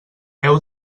heu